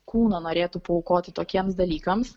kūną norėtų paaukoti tokiems dalykams